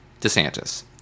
DeSantis